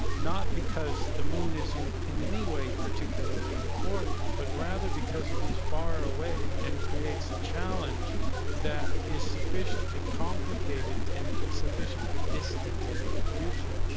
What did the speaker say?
not because the moon is in in any way particularly important, but rather because it is far away, and creates a challenge that is sufficiently complicated and sufficiently distant in the future,